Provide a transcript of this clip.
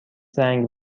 زنگ